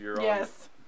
Yes